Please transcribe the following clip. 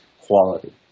quality